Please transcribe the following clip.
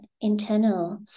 internal